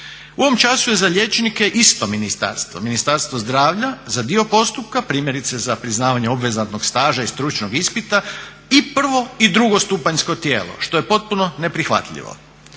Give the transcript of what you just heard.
U ovom času je za liječnike isto ministarstvo, Ministarstvo zdravlja za dio postupka, primjerice za priznavanje obvezatnog staža i stručnog ispita i prvo i drugo stupanjsko tijelo što je potpuno neprihvatljivo.